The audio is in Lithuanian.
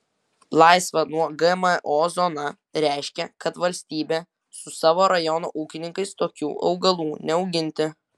laisva nuo gmo zona reiškia kad savivaldybė su savo rajono ūkininkais tokių augalų neauginti